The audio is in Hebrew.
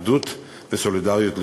אחדות וסולידריות לאומית.